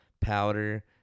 Powder